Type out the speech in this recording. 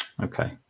Okay